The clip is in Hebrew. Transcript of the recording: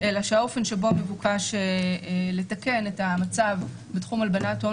אלא שהאופן שבו מבוקש לתקן את המצב בתחום הלבנת הון